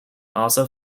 also